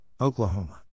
Oklahoma